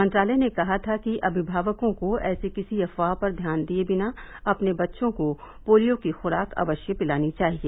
मंत्रालय ने कहा था कि अभिभावकों को ऐसे किसी अफवाह पर ध्यान दिये बिना अपने बच्चों को पोलियो की खुराक अवश्य पिलानी चाहिए